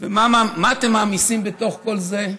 ומה אתם מעמיסים בתוך כל זה?